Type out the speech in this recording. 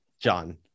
John